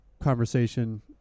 conversation